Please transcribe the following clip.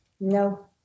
No